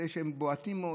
הם בועטים,